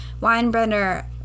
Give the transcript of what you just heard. weinbrenner